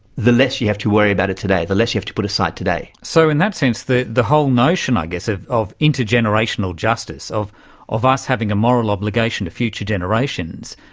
the less you have to worry about it today, the less you have to put aside today. so in that sense the the whole notion i guess of of intergenerational justice, of of us having a moral obligation to future generations,